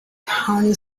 county